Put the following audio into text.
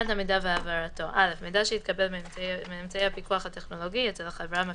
אז מה קרה עכשיו?